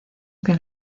que